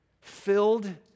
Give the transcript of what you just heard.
filled